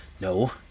no